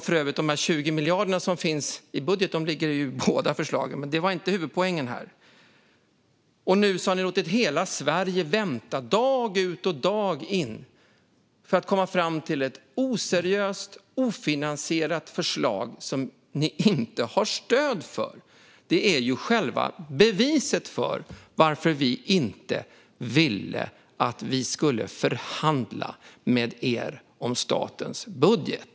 För övrigt ligger de 20 miljarderna i båda budgetförslagen, men det var inte huvudpoängen här. Ni har låtit hela Sverige vänta dag ut och dag in för att komma fram till ett oseriöst, ofinansierat förslag som ni inte har stöd för. Det är själva beviset för varför vi inte ville att vi skulle förhandla med er om statens budget.